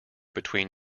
between